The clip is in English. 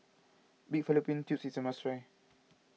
Pig Fallopian Tubes is a must try